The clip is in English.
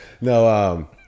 No